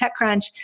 TechCrunch